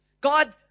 God